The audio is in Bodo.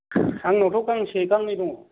आंनावथ' गांसे गांनै दङ